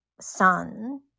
son